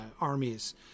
armies